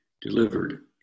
delivered